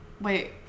Wait